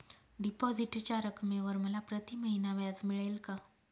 डिपॉझिटच्या रकमेवर मला प्रतिमहिना व्याज मिळेल का?